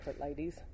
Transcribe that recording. ladies